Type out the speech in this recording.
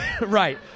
Right